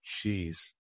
Jeez